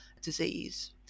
disease